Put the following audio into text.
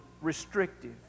restrictive